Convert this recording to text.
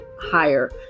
higher